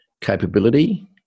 capability